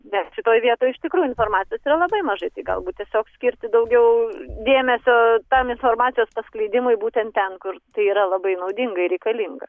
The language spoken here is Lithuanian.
nes šitoj vietoj iš tikrųjų informacijos yra labai mažai tai galbūt tiesiog skirti daugiau dėmesio tam informacijos paskleidimui būtent ten kur tai yra labai naudinga ir reikalinga